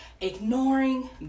ignoring